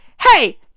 Hey